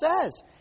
says